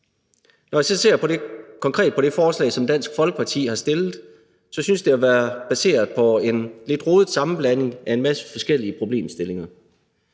Når jeg så ser konkret på det forslag, som Dansk Folkeparti har fremsat, vil jeg sige, at jeg synes, det har været baseret på en lidt rodet sammenblanding af en masse forskellige problemstillinger.